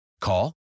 Call